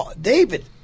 David